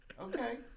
Okay